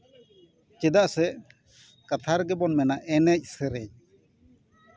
ᱪᱮᱫᱟᱜ ᱥᱮ ᱠᱟᱛᱷᱟ ᱨᱮᱜᱮᱵᱚᱱ ᱢᱮᱱᱟ ᱮᱱᱮᱡ ᱥᱮᱨᱮᱧ